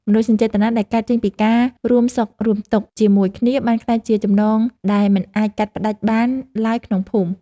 មនោសញ្ចេតនាដែលកើតចេញពីការរួមសុខរួមទុក្ខជាមួយគ្នាបានក្លាយជាចំណងដែលមិនអាចកាត់ផ្ដាច់បានឡើយក្នុងភូមិ។